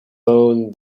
bone